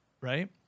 right